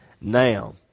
now